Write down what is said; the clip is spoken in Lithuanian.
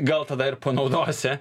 gal tada ir panaudosi